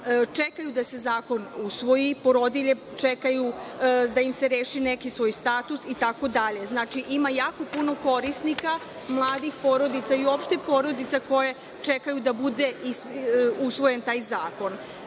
čekaju da se zakon usvoji, porodilje čekaju da im se reši neki status, itd. Ima jako puno korisnika mladih porodica i uopšte, porodica koje čekaju da bude usvojen taj zakon. Pitam,